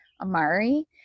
Amari